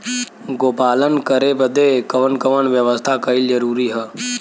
गोपालन करे बदे कवन कवन व्यवस्था कइल जरूरी ह?